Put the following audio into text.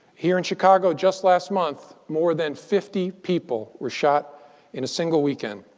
here in chicago, just last month, more than fifty people were shot in a single weekend.